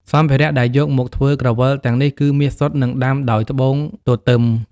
សម្ភារៈដែលយកមកធ្វើក្រវិលទាំងនេះគឺមាសសុទ្ធ និងដាំដោយត្បូងទទឹម។